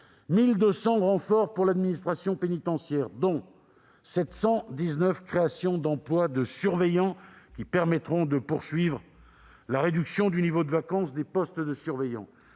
1 200 renforts pour l'administration pénitentiaire, dont 719 créations d'emplois de surveillants qui permettront de poursuivre la réduction du niveau de vacance des postes de surveillants,